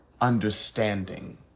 understanding